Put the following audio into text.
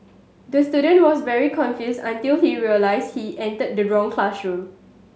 the student was very confused until he realised he entered the wrong classroom